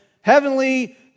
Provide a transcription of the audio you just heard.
heavenly